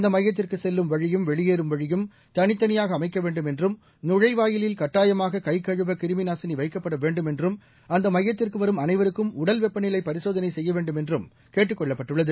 இந்தமையத்திற்குசெல்லும் வழியும் வெளியேறும் வழியும் தனித்தனியாகஅமைக்கவேண்டும் என்றும் நுழைவாயிலில் கட்டாயமாககைகழுவகிருமிநாசினிவைக்கப்படவேண்டும் என்றும் அந்தமையத்திற்குவரும் அனைவருக்கும் உடல் வெப்பநிலைபரிசோதனைசெய்யவேண்டும் என்றும் கேட்டுக் கொள்ளப்பட்டுள்ளது